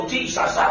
Jesus